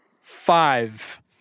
Five